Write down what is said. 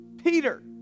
Peter